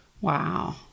Wow